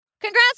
Congrats